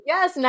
Yes